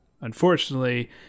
unfortunately